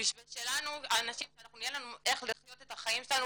בשביל שלנו, שיהיה לנו איך לחיות את החיים שלנו